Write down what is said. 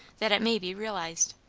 that it may be realized.